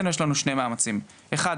מבחינתנו יש לנו שני מאמצים: דבר ראשון,